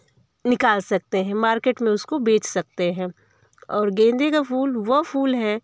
निकाल सकते हैं मार्केट में उसको बेच सकते हैं और गेंदे का फूल वह फूल है